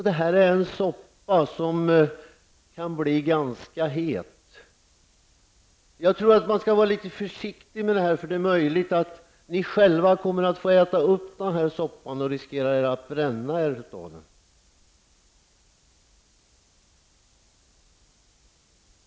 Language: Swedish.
Det är en soppa som kan bli ganska het. Jag tror att ni skall vara lite försiktiga med vad ni säger. Annars kan det hända att ni själva får äta upp soppan och då riskerar att bränna er på den.